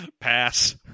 Pass